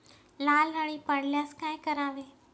लाल अळी पडल्यास काय करावे?